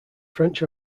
french